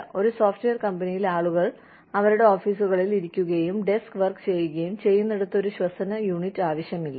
ഒരു സോഫ്റ്റ്വെയർ കമ്പനിയിൽ ആളുകൾ അവരുടെ ഓഫീസുകളിൽ ഇരിക്കുകയും ഡെസ്ക് വർക്ക് ചെയ്യുകയും ചെയ്യുന്നിടത്ത് ഒരു ശ്വസന യൂണിറ്റ് ആവശ്യമില്ല